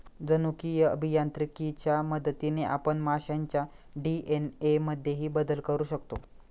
जनुकीय अभियांत्रिकीच्या मदतीने आपण माशांच्या डी.एन.ए मध्येही बदल करू शकतो